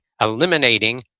eliminating